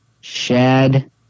shad